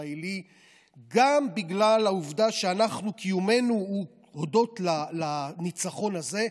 ישראלי גם בגלל העובדה שקיומנו הוא הודות לניצחון הזה,